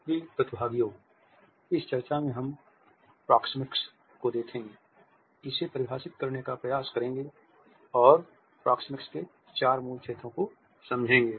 प्रिय प्रतिभागियों इस चर्चा में हम प्रॉक्सेमिक्स को देखेंगे इसे परिभाषित करने का प्रयास करेंगे और प्रॉक्सेमिक्स के चार मूल क्षेत्रों को समझेंगे